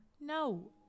No